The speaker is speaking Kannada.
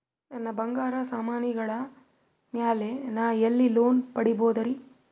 ನನ್ನ ಬಂಗಾರ ಸಾಮಾನಿಗಳ ಮ್ಯಾಲೆ ನಾ ಎಲ್ಲಿ ಲೋನ್ ಪಡಿಬೋದರಿ?